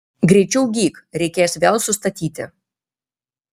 greičiau gyk reikės vėl sustatyti